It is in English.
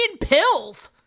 pills